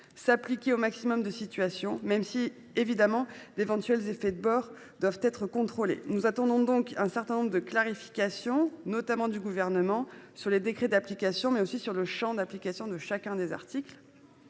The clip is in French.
s'appliquer au maximum de situations, même si d'éventuels effets de bord doivent aussi être contrôlés. Nous attendons donc un certain nombre de clarifications de la part du Gouvernement, notamment sur les décrets d'application et sur le champ d'application de chacun des articles,